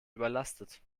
überlastet